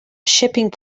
shipping